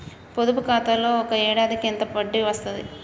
పొదుపు ఖాతాలో ఒక ఏడాదికి ఎంత వడ్డీ వస్తది?